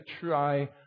try